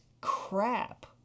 crap